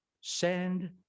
send